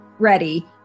ready